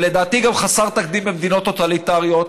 ולדעתי גם חסר תקדים במדינות טוטליטריות.